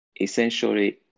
Essentially